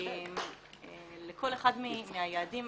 לכל אחד מהיעדים